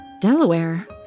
Delaware